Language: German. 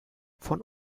von